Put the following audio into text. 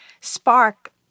spark